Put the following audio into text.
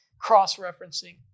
cross-referencing